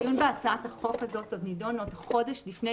הדיון בהצעת החוק הזאת נידון עוד חודש לפני,